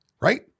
right